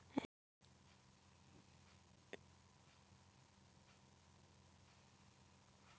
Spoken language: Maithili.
रिटर्नक आंतरिक दर संभावित निवेश के लाभ के अनुमान लगाबै लेल उपयोग कैल जाइ छै